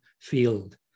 field